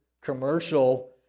commercial